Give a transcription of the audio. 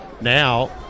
Now